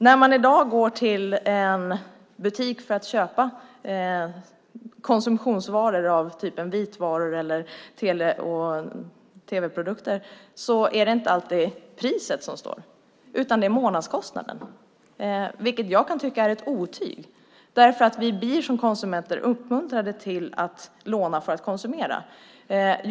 När man i dag går till en butik för att köpa konsumtionsvaror av typen vitvaror, tele eller tv-produkter är det inte alltid priset som står utan månadskostnaden. Det är ett otyg eftersom vi som konsumenter blir uppmuntrade till att låna för att konsumera.